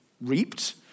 reaped